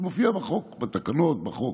זה מופיע בתקנות, בחוק.